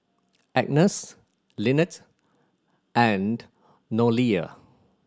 Agnes Linette and Noelia